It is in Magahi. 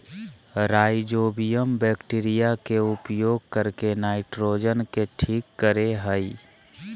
राइजोबियम बैक्टीरिया के उपयोग करके नाइट्रोजन के ठीक करेय हइ